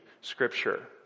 Scripture